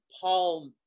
Paul